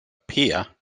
pier